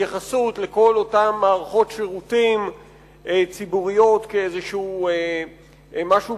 התייחסות לכל אותן מערכות שירותים ציבוריות כאיזשהו משהו